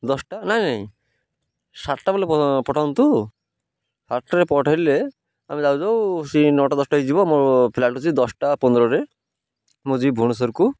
ଦଶଟା ନାଇଁ ନାଇଁ ସାତଟା ବେଳେ ପଠାନ୍ତୁ ସାତଟାରେ ପଠାଇଲେ ଆମେ ଯାଉ ଯାଉ ସେଇ ନଅଟା ଦଶଟା ହେଇ ଯିବ ମୋ ଫ୍ଲାଇଟ୍ ଅଛି ଦଶଟା ପନ୍ଦରରେ ମୁଁ ଯିବି ଭୁବେଶ୍ୱରକୁ